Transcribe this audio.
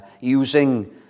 Using